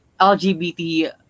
LGBT